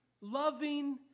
loving